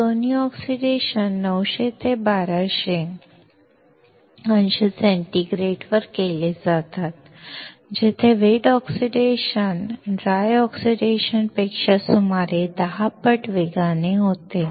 हे दोन्ही ऑक्सिडेशन 900 ते 1200 अंश सेंटीग्रेडवर केले जातात जेथे वेट ऑक्सिडेशन ड्राय ऑक्सिडेशन पेक्षा सुमारे 10 पट वेगाने होते